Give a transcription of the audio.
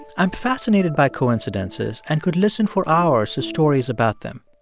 i'm fascinated by coincidences and could listen for hours to stories about them.